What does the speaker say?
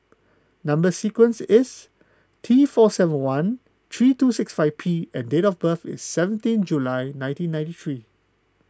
Number Sequence is T four seven one three two six five P and date of birth is seventeen July nineteen ninety three